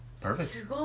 Perfect